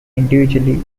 individually